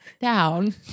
down